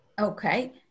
Okay